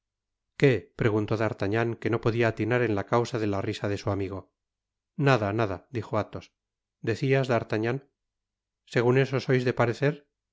qué preguntó d artagnan que no podia atinar en la causa de la risa de su amigo nada nada dijo athos decias d'artagnan r segun eso sois de parecer